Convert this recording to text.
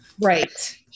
right